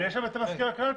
יש שם את מזכיר הקלפי.